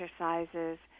exercises